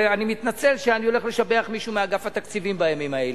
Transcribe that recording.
אני מתנצל שאני הולך לשבח מישהו מאגף התקציבים בימים האלה,